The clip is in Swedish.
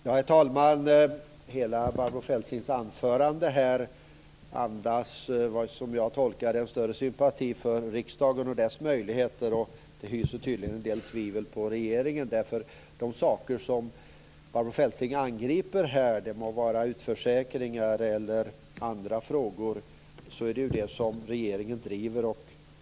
Herr talman! Som jag tolkar det andas hela Barbro Feltzings anförande en större sympati för riksdagen och dess möjligheter. Man hyser tydligen en del tvivel på regeringen. De saker som Barbro Feltzing angriper, det må vara utförsäkringar eller andra frågor, är de som regeringen driver.